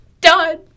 done